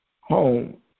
home